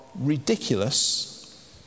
ridiculous